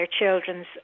children's